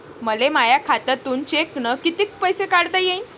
मले माया खात्यातून चेकनं कितीक पैसे काढता येईन?